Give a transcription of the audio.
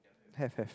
have have